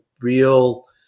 real